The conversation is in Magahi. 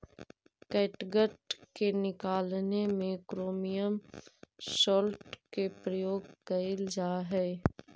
कैटगट के निकालने में क्रोमियम सॉल्ट के प्रयोग कइल जा हई